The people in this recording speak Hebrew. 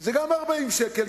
זה גם 40 שקל,